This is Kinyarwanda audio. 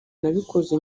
nabikoze